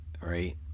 right